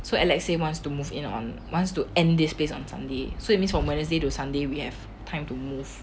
so alex say wants to move in on wants to end this based on sunday so it means from wednesday to sunday we have time to move